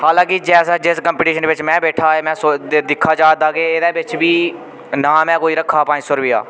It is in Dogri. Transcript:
हालांकि जैसा जिस कम्पटीशन बिच्च में बैठा में सोच दिक्खा जा ते एह्दे बिच्च बी ना में रक्खा दा कोई पंज सौ रपेआ